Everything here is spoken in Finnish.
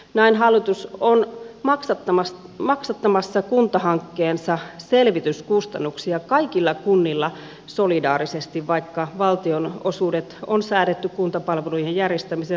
näin hallitus on maksattamassa kuntahankkeensa selvityskustannuksia kaikilla kunnilla solidaarisesti vaikka valtionosuudet on säädetty kuntapalveluiden järjestämisen rahoittamiseksi